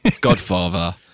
Godfather